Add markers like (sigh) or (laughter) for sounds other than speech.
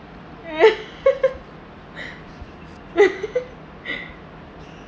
(laughs)